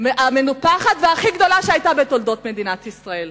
המנופחת והכי גדולה שהיתה בתולדות מדינת ישראל.